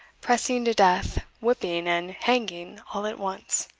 pressing to death, whipping, and hanging all at once.